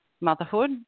motherhood